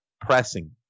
pressing